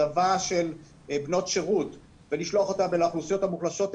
צבא של בנות שירות ולשלוח אותם אל האוכלוסיות המוחלשות,